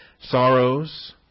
sorrows